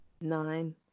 Nine